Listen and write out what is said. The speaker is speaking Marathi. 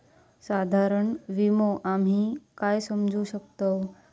साधारण विमो आम्ही काय समजू शकतव?